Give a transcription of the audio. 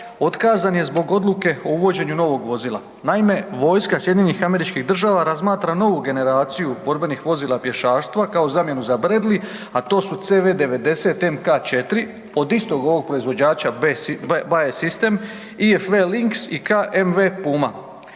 otkazan je zbog odluke o uvođenju novog vozila. Naime, vojska SAD-a razmatra novu generaciju borbenih vozila pješaštva kao zamjenu za Bradley, a to su CV90MK4 od istog ovog proizvođača BAE Systems IFV links i KMV Puma.